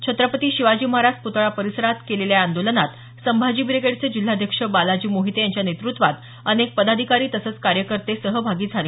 छत्रपती शिवाजी महाराज पुतळा परिसरात केलेल्या या आंदोलनात संभाजी ब्रिगेडचे जिल्हाध्यक्ष बालाजी मोहिते यांच्या नेतृत्वात अनेक पदाधिकारी तसंच कार्यकर्ते सहभागी झाले